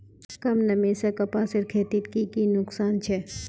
कम नमी से कपासेर खेतीत की की नुकसान छे?